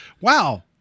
wow